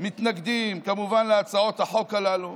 מתנגדים כמובן להצעות החוק הללו,